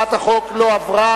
אני קובע שהצעת החוק לא עברה.